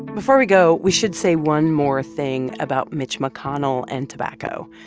before we go, we should say one more thing about mitch mcconnell and tobacco,